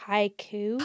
Haiku